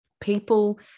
People